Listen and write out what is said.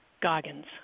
Goggins